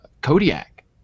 Kodiak